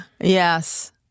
Yes